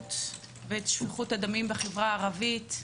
האלימות ושפיכות הדמים בחברה הערבית.